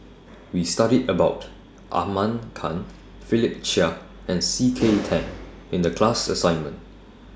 We studied about Ahmad Khan Philip Chia and C K Tang in The class assignment